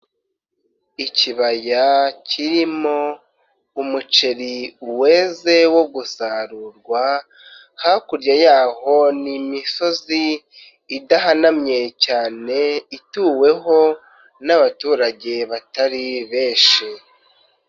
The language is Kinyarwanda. Ikibaya kirimo umuceri weze wo gusarurwa, hakurya yaho ni imisozi idahanamye cyane ituweho n'abaturage batari benshi.